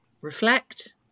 reflect